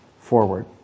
forward